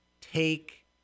take